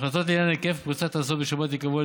החלטות לעניין ההיקף והפריסה של ההסעות בשבת ייקבעו על